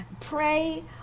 pray